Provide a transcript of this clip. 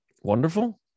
Wonderful